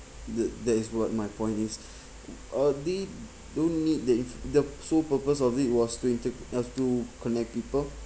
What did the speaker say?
that that is what my point is uh they don't need that if the sole purpose of it was to inter~ uh to connect people